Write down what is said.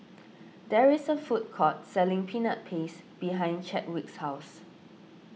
there is a food court selling Peanut Paste behind Chadwick's house